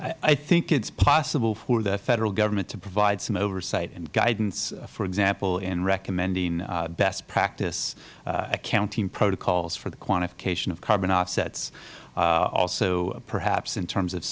broekhoff i think it's possible for the federal government to provide some oversight and guidance for example in recommending best practice accounting protocols for the quantification of carbon assets also perhaps in terms of